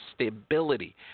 stability